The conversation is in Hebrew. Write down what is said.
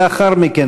לאחר מכן,